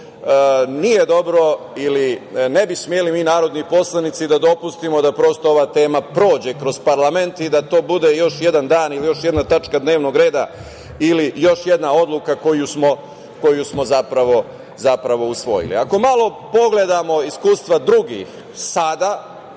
Nije dobro ili ne bi smeli mi narodni poslanici da dopustimo da prosto ova tema prođe kroz parlament i da to bude još jedan dan ili još jedna tačka dnevnog reda ili još jedna odluka koju smo zapravo usvojili. Ako malo pogledamo iskustva drugih sada,